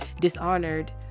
dishonored